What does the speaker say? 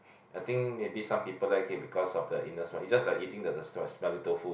I think maybe some people like it because of the inner side right it's just like eating the the smelly tofu